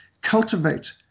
cultivate